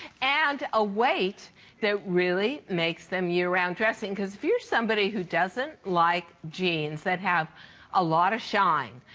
and a weight that really makes them year-round dressing. because if you are somebody who does not and like jeans that have a lot of shine,